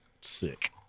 Sick